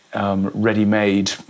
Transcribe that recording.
ready-made